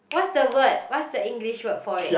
what's the word what's the English word for it